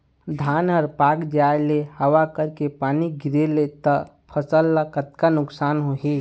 धान हर पाक जाय ले हवा करके पानी गिरे ले त फसल ला कतका नुकसान होही?